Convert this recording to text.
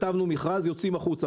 כתבנו מכרז ואנחנו יוצאים החוצה.